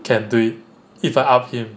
can be with the up fill